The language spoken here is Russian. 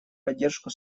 поддержку